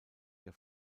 der